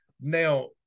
Now